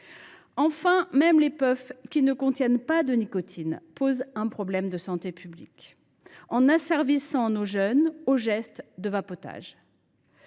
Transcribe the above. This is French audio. tabac. Même les puffs qui ne contiennent pas de nicotine posent un problème de santé publique, en asservissant les jeunes au geste du vapotage.